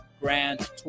grand